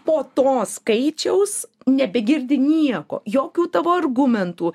po to skaičiaus nebegirdi nieko jokių tavo argumentų